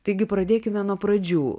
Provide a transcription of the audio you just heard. taigi pradėkime nuo pradžių